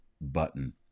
button